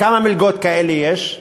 וכמה מלגות כאלה יש?